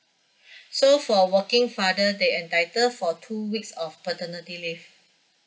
so for working father they entitle for two weeks of paternity leave